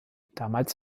damals